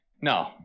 No